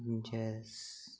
जैसे